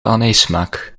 anijssmaak